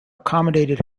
accommodated